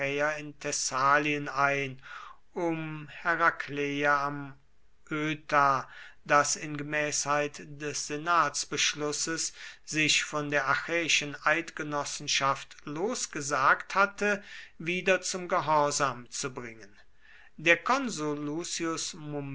in thessalien ein um herakleia am öta das in gemäßheit des senatsbeschlusses sich von der achäischen eidgenossenschaft losgesagt hatte wieder zum gehorsam zu bringen der konsul